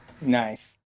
Nice